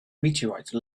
meteorite